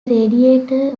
radiator